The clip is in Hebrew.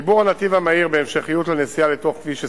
חיבור הנתיב המהיר בהמשכיות לנסיעה לתוך כביש 20,